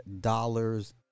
dollars